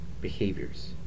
Behaviors